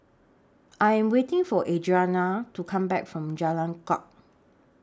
I Am waiting For Audrianna to Come Back from Jalan Kuak